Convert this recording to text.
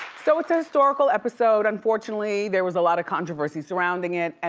so it's a historical episode, unfortunately, there was a lot of controversy surrounding it, and